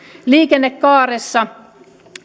liikennekaaressa